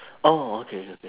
orh okay okay